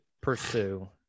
pursue